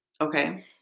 Okay